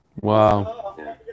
Wow